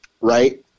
right